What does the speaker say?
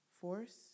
force